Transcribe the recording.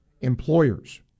employers